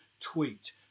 tweet